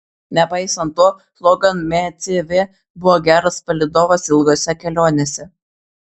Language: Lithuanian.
nepaisant to logan mcv buvo geras palydovas ilgose kelionėse